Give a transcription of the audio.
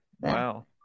Wow